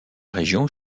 région